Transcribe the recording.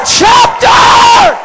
chapter